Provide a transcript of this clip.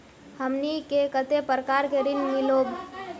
हमनी के कते प्रकार के ऋण मीलोब?